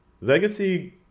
legacy